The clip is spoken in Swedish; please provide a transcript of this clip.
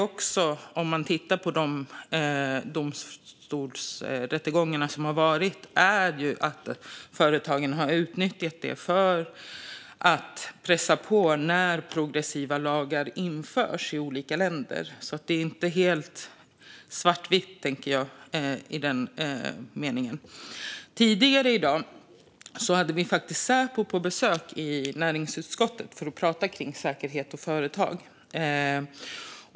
Om man tittar på de rättegångar inför domstol som har varit har företagen utnyttjat det för att pressa på när progressiva lagar införs i olika länder. Det är inte helt svart eller vitt i den meningen. Tidigare i dag hade vi Säpo på besök i näringsutskottet för att prata kring säkerhet och företag.